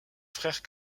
frère